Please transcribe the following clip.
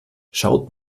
schaut